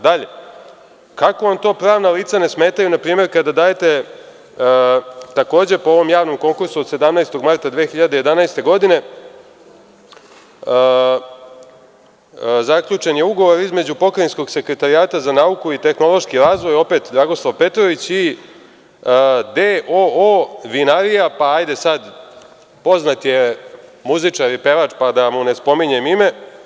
Dalje, kako vam to pravna lica ne smetaju npr. kada dajete, takođe po ovom javnom konkursu od 17. marta 2011. godine, zaključen je ugovor između Pokrajinskog sekretarijata za nauku i tehnološki razvoj, opet Dragoslav Petrović i d.o.o. vinarija, pa hajde sad, poznat je muzičar i pevač, pa da mu ne spominjem ime.